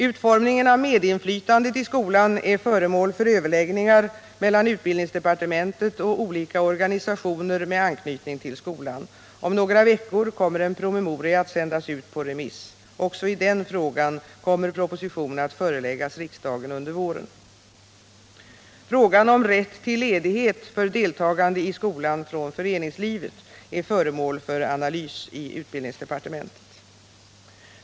Utformningen av medinflytandet i skolan är föremål för överläggningar mellan utbildningsdepartementet och olika organisationer med anknytning till skolan. Om några veckor kommer en promemoria att sändas ut på remiss. Också i den frågan kommer proposition att föreläggas riksdagen under våren. Frågan om rätt till ledighet från skolan för deltagande i föreningslivet är föremål för analys i utbildningsdepartementet.